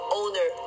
owner